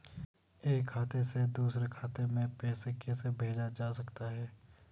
एक खाते से दूसरे खाते में पैसा कैसे भेजा जा सकता है?